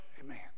Amen